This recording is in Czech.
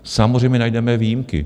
Samozřejmě najdeme výjimky.